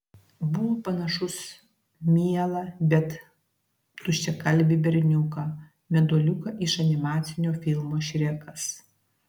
buvo panašus mielą bet tuščiakalbį berniuką meduoliuką iš animacinio filmo šrekas